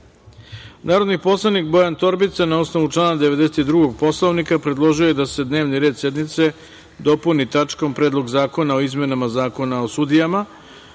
reda. Narodni poslanik Bojan Torbica na osnovu člana 92. Poslovnika, predložio je da se dnevni red sednice dopuni tačkom Predlog zakona o izmenama Zakona o sudijama,